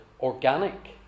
organic